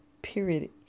period